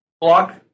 block